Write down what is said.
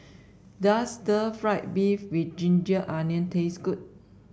does stir fry beef with ginger onion taste good